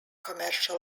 commercial